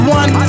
one